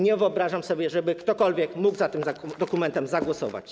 Nie wyobrażam sobie, żeby ktokolwiek mógł za tym dokumentem zagłosować.